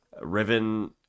Riven